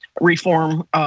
reform